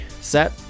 set